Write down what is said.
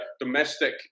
domestic